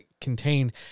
contain